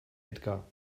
edgar